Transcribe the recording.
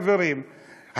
חברים,